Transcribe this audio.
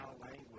language